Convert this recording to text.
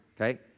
okay